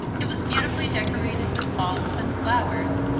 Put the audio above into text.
it was beautifully decorated with palms and flowers,